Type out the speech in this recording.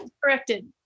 corrected